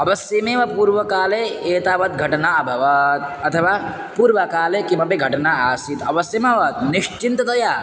अवश्यमेव पूर्वकाले एतावत् घटना अभवत् अथवा पूर्वकाले किमपि घटना आसीत् अवश्यमभवत् निश्चिन्ततया